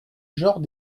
genre